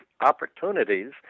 opportunities